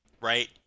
right